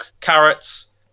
carrots